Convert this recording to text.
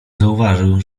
zauważył